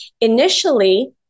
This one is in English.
Initially